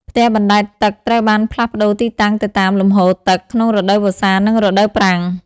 ផ្ទះបណ្តែតទឹកត្រូវបានផ្លាស់ប្តូរទីតាំងទៅតាម លំហូរទឹក ក្នុងរដូវវស្សានិងរដូវប្រាំង។